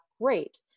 great